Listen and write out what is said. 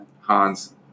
Hans